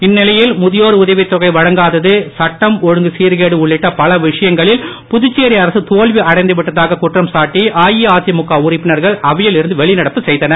இந்நிபெயில் முதியோர் உதவித் தொகை வழங்காத்து சட்டம் ஒழுங்கு சீர்கேடு உள்ளிட்ட ப விஷயங்களில் புதுச்சேரி அரசு தோல்வி அடைந்து விட்டதாக குற்றம் சாட்டி அதிமுக உறுப்பினர்கள் அவையில் இருந்து வெளிநடப்பு செய்தனர்